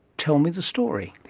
tell me the story.